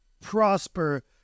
prosper